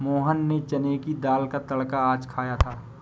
मोहन ने चने की दाल का तड़का आज खाया था